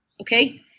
okay